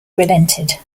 relented